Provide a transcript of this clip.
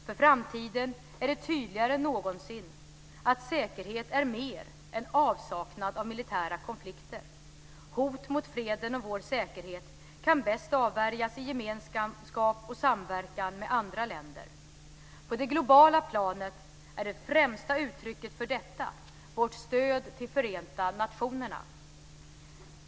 För framtiden är det tydligare än någonsin att säkerhet är mer än avsaknad av militära konflikter. Hot mot freden och vår säkerhet kan bäst avvärjas i gemenskap och samverkan med andra länder. På det globala planet är det främsta uttrycket för detta vårt stöd till Förenta nationerna.